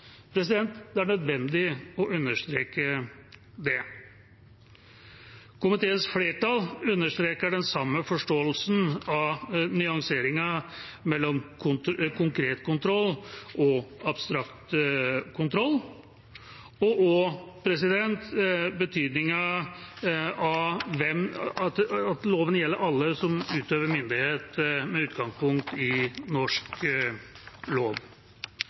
Det er nødvendig å understreke det. Komiteens flertall understreker den samme forståelsen av nyanseringen mellom konkret kontroll og abstrakt kontroll og også betydningen av at loven gjelder alle som utøver myndighet med utgangspunkt i norsk lov.